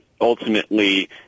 ultimately